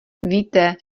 víte